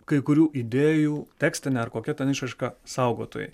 kai kurių idėjų tekstinė ar kokia ten išraiška saugotojai